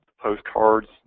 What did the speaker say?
postcards